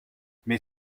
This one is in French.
mais